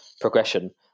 progression